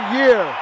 year